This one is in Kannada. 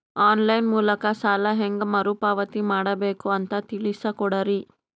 ಆನ್ ಲೈನ್ ಮೂಲಕ ಸಾಲ ಹೇಂಗ ಮರುಪಾವತಿ ಮಾಡಬೇಕು ಅಂತ ತಿಳಿಸ ಕೊಡರಿ?